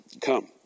come